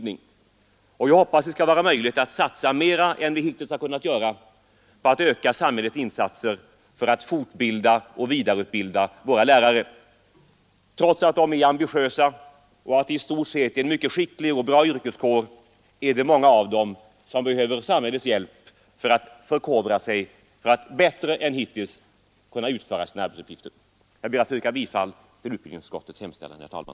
Nr 126-127 Onsdagen den 29 november 1972 Trots att de är ambitiösa och trots att det i stort sett är en mycket skicklig och bra yrkeskår behöver många av dem samhällets hjälp att det skall vara möjligt att satsa mer än vi hittills har kunnat göra på att öka samhällets insatser för att fortbilda och vidareutbilda våra lärare. Läroplanerna för förkovra sig för att bättre än hittills kunna utföra sina arbetsuppgifter. grundskolan och I Ja SÖ 3 raid i S Ez Herr talman! Jag ber att få yrka bifall till utbildningsutskottets gymnasieskolan